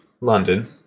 London